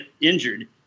injured